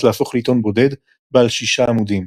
להפוך לעיתון בודד בעל שישה עמודים.